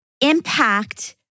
impact